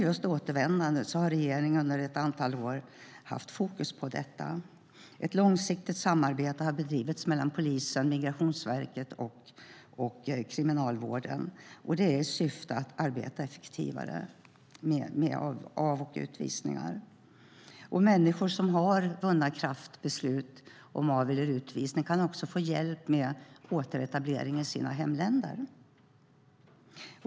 Just återvändandet har regeringen under ett antal år haft fokus på. Ett långsiktigt samarbete har bedrivits mellan polisen, Migrationsverket och Kriminalvården i syfte att arbeta effektivare med av och utvisningar. Människor som har lagakraftvunna beslut om av eller utvisning kan också få hjälp med återetablering i sina hemländer.